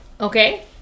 Okay